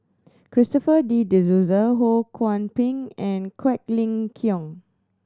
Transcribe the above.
Christopher De Souza Ho Kwon Ping and Quek Ling Kiong